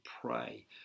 pray